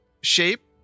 shape